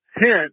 Hint